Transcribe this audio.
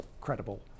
credible